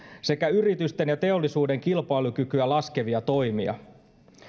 sekä yritysten ja teollisuuden kilpailukykyä laskevia toimia